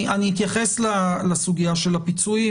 אני אתייחס לסוגיה של הפיצויים,